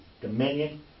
dominion